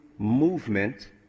Movement